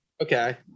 Okay